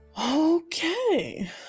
Okay